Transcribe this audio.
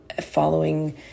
Following